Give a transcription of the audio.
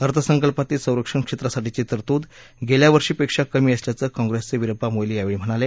अर्थसंकल्पातली संरक्षण क्षेत्रासाठीची तरतूद गेल्या वर्षीपेक्षा कमी असल्याचं काँग्रेसचे विरप्पा मोईली यावेळी म्हणाले